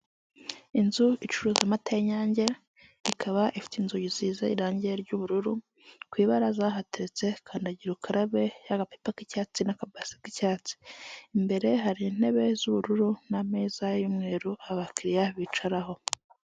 Inzu icuruza amata y'inyange ikaba ifite inzugi zisize irangi ry'ubururu ku ibara zahatetse kandagira ukarabe y'agapipa k'icyatsi n'akabasa k'icyatsi imbere hari intebe z'ubururu n'ameza y'umweru abakiriya bicaraho.